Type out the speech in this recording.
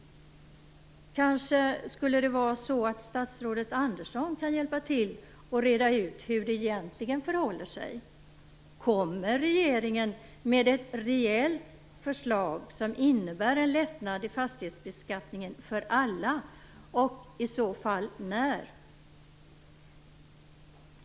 Kanske statsrådet Andersson kan hjälpa till att reda ut hur det egentligen förhåller sig? Kommer regeringen med ett reellt förslag som innebär en lättnad i fastighetsbeskattningen för alla, och i så fall när?